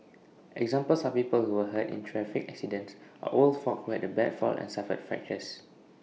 examples are people who were hurt in traffic accidents or old folk who had A bad fall and suffered fractures